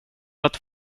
att